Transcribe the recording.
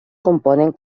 componen